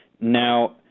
Now